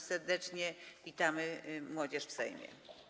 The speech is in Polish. Serdecznie witamy młodzież w Sejmie.